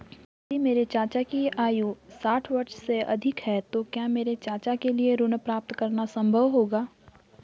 यदि मेरे चाचा की आयु साठ वर्ष से अधिक है तो क्या मेरे चाचा के लिए ऋण प्राप्त करना संभव होगा?